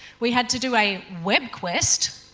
we had to do a webquest,